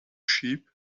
sheep